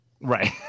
Right